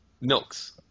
milks